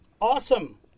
awesome